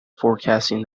forecasting